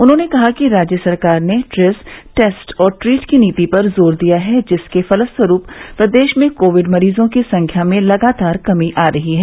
उन्होंने कहा कि राज्य सरकार ने ट्रेस टेस्ट और ट्रीट की नीति पर जोर दिया है जिसके फलस्वरूप प्रदेश में कोविड मरीजों की संख्या में लगातार कमी आ रही है